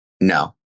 No